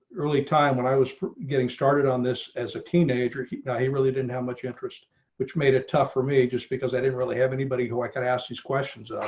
early time when i was getting started on this as a teenager he yeah he really didn't have much interest which made it tough for me. just because i didn't really have anybody who i can ask these questions. ah